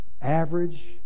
average